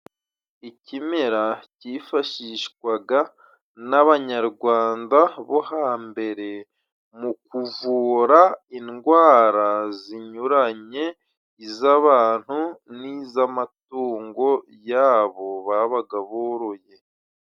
Ikimera cyifashishwaga n'Abanyarwanda bo hambere mu kuvura indwara zinyuranye, iz'abantu n'iz'amatungo yabo babaga boroye.